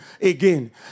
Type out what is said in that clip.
again